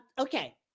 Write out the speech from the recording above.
okay